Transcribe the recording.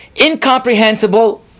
incomprehensible